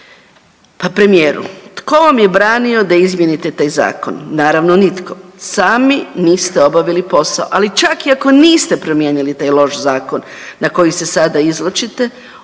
Pa premijeru, tko vam je branio da izmijenite taj zakon? Naravno, nitko. Sami niste obavili posao, ali čak i ako niste promijenili taj loš zakon, na koji se sada izvlačite,